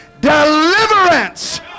deliverance